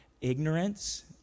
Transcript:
ignorance